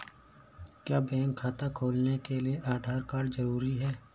क्या बैंक खाता खोलने के लिए आधार कार्ड जरूरी है?